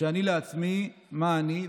וכשאני לעצמי, מה אני.